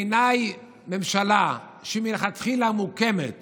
בעיניי, ממשלה שמלכתחילה מוקמת